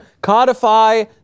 codify